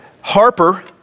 Harper